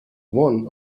one